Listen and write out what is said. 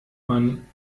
man